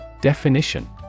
Definition